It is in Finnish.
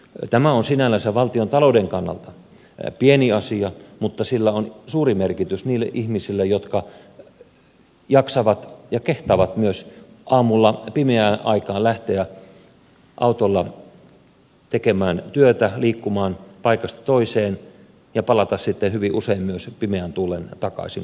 tämä on sinällänsä valtiontalouden kannalta pieni asia mutta sillä on suuri merkitys niille ihmisille jotka jaksavat ja kehtaavat myös aamulla pimeään aikaan lähteä autolla tekemään työtä ja liikkumaan paikasta toiseen ja palata sitten hyvin usein myös pimeän tullen takaisin kotiinsa